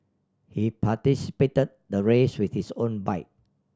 he participated the race with his own